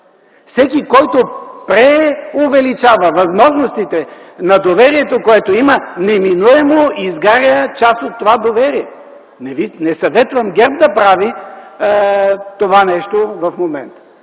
Всеки, който преувеличава възможностите на доверието, което има, неминуемо изгаря част от това доверие. Не съветвам ГЕРБ да прави това нещо в момента.